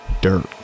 dirt